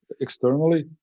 externally